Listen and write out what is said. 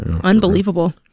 Unbelievable